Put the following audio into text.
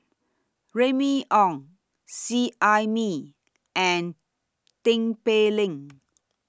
Remy Ong Seet Ai Mee and Tin Pei Ling